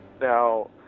Now